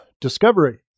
Discovery